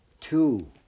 Two